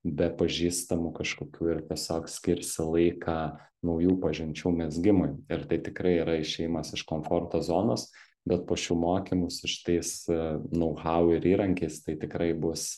be pažįstamų kažkokių ir tiesiog skirsi laiką naujų pažinčių mezgimui ir tai tikrai yra išėjimas iš komforto zonos bet po šių mokymų su šitais nau hau ir įrankiais tai tikrai bus